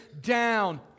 down